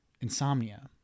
insomnia